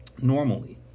normally